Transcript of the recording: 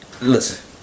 Listen